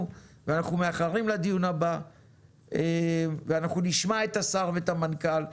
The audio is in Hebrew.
ואנחנו מאחרים לדיון הבא ואנחנו נשמע את השר ואת המנכ"ל,